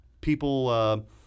people